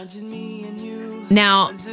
now